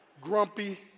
grumpy